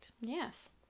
Yes